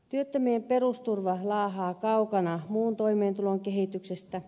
työttömien perusturva laahaa kaukana muun toimeentulon kehityksestä